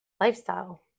lifestyle